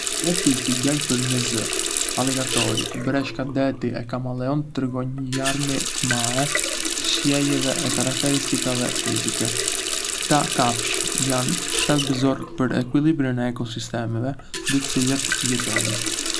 Reptilë si gjarpërinj me zë, aligatori, breshka deti e kamaleontë tregojndë një larmi të mae të sjelljeve e karakteristikave fizike. Këta kafshë jandë thelbësore për ekuilibrin e ekosistemeve ndë të cilat jetojndë.